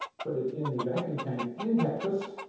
put it in the vacuum tank in texas,